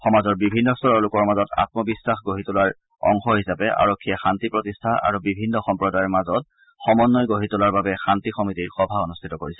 সমাজৰ বিভিন্ন স্তৰৰ লোকৰ মাজত আম্মবিশ্বাস গঢ়ি তোলাৰ অংশ হিচাপে আৰক্ষীয়ে শান্তি প্ৰতিষ্ঠা আৰু বিভিন্ন সম্প্ৰদায়ৰ মাজত সমন্বয় গঢ়ি তোলাৰ বাবে শান্তি কমিটীৰ সভা অনুষ্ঠিত কৰিছে